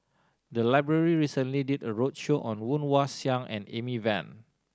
the library recently did a roadshow on Woon Wah Siang and Amy Van